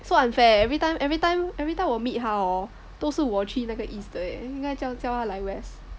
so unfair everytime everytime everytime 我 meet 他 hor 都是我去那个 east 的耶应该叫叫他来 west